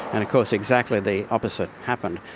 and of course exactly the opposite happened.